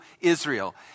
Israel